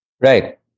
Right